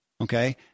Okay